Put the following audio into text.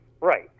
right